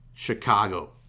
Chicago